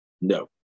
No